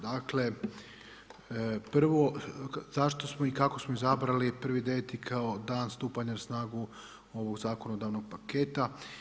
Dakle, prvo zašto smo i kako smo izabrali 1. 9. kao dan stupanja na snagu ovog zakonodavnog paketa?